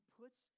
puts